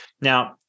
now